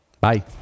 Bye